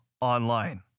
online